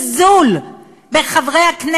כאילו הוא לא יודע,